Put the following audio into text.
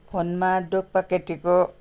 फोनमा डुकपा केटीको